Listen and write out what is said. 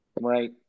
Right